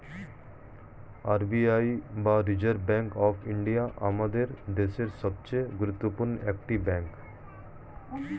R B I বা reserve bank of India আমাদের দেশের সবচেয়ে গুরুত্বপূর্ণ একটি ব্যাঙ্ক